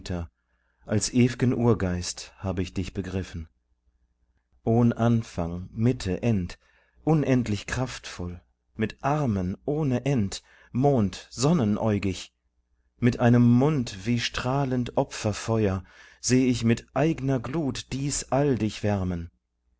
als ew'gen urgeist hab ich dich begriffen ohn anfang mitte end unendlich kraftvoll mit armen ohne end mond sonnen äugig mit einem mund wie strahlend opferfeuer seh ich mit eigner glut dies all dich wärmen